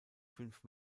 fünf